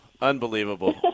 unbelievable